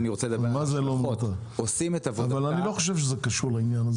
אבל אני לא חושב שזה קשור לעניין.